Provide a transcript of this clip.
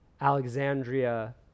Alexandria